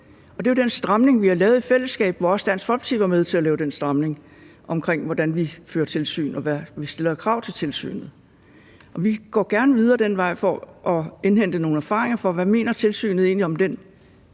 Det er jo den stramning, vi har lavet i fællesskab, og som også Dansk Folkeparti var med til at lave, i forhold til hvordan vi fører tilsyn, og hvilke krav vi stiller til tilsynet. Vi går gerne videre ad den vej for at indhente nogle erfaringer med, hvad tilsynet egentlig mener